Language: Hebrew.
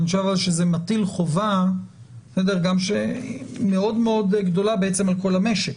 זה מטיל חובה מאוד גדולה על כל המשק,